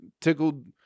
tickled